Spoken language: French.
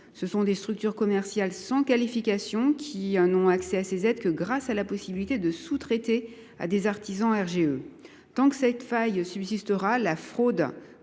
: des structures commerciales sans qualification qui n’ont accès à ces aides que grâce à la possibilité de sous traiter à des artisans RGE. Tant que cette faille subsistera, la fraude